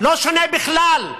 לא שונה בכלל,